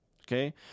Okay